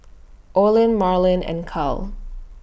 Olen Marlyn and Kyle